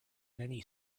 many